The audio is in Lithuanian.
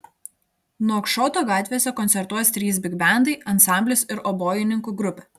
nuakšoto gatvėse koncertuos trys bigbendai ansamblis ir obojininkų grupė